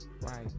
Right